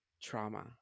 trauma